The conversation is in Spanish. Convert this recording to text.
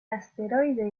asteroide